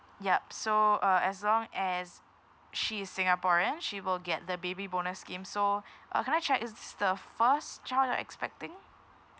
yup so uh as long as she is singaporean she will get the baby bonus scheme so uh can I check is this the first child you're expecting